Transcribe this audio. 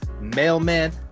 mailman